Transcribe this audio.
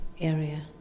area